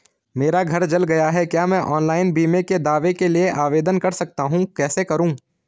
मेरा घर जल गया है क्या मैं ऑनलाइन बीमे के दावे के लिए आवेदन कर सकता हूँ कैसे करूँ?